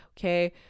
Okay